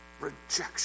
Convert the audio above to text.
rejection